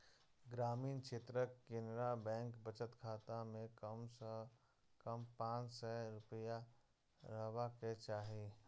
ग्रामीण क्षेत्रक केनरा बैंक बचत खाता मे कम सं कम पांच सय रुपैया रहबाक चाही